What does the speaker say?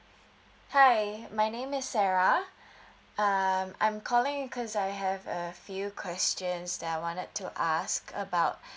hi my name is sarah uh I'm calling because I have a few questions that I wanted to ask about